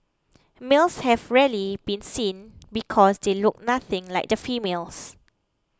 males have rarely been seen because they look nothing like the females